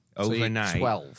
Overnight